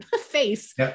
face